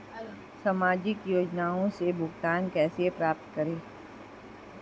सामाजिक योजनाओं से भुगतान कैसे प्राप्त करें?